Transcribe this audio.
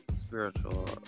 spiritual